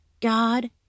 God